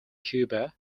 cuba